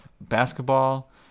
basketball